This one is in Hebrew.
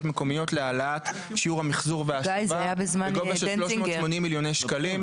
מקומיות להעלאת שיעור המחזור וההשבה בגובה של 380,000,000 ש"ח.